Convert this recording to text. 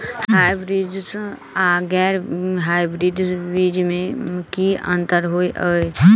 Hybrids आ गैर hybrids बीज म की अंतर होइ अछि?